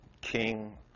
King